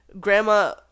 Grandma